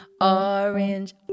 Orange